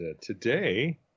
Today